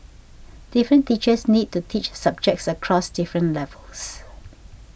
different teachers need to teach subjects across different levels